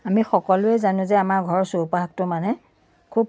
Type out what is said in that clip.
আমি সকলোৱে জানো যে আমাৰ ঘৰৰ চৌপাশটো মানে খুব